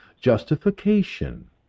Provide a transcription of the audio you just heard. justification